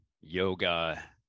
yoga